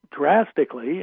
drastically